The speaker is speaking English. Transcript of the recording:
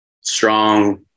strong